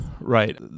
right